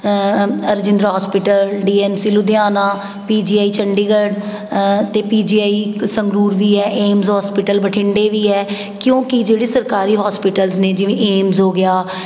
Rajindra hospital D M C Ludhiana P G I Chandigarh ਅਤੇ P G I Sangrur ਵੀ ਹੈ AIIMS hospital ਬਠਿੰਡੇ ਵੀ ਹੈ ਕਿਉਂਕਿ ਜਿਹੜੇ ਸਰਕਾਰੀ ਹੋਸਪੀਟਲਸ ਨੇ ਜਿਵੇਂ ਏਮਸ ਹੋ ਗਿਆ